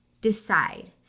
decide